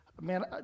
Man